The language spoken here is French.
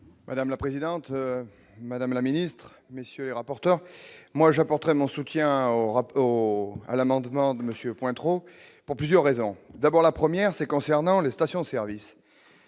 Madame la présidente, madame la ministre, messieurs les rapporteurs moi j'apporterai mon soutien au repos à l'amendement de monsieur pointeront pour plusieurs raisons : d'abord la 1ère c'est concernant les stations-services,